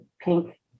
pink